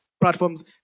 platforms